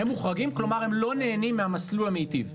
הם מוחרגים, כלומר הם לא נהנים מהמסלול המיטיב.